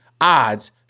odds